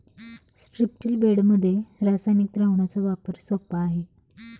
स्ट्रिप्टील बेडमध्ये रासायनिक द्रावणाचा वापर सोपा आहे